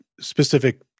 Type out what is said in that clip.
specific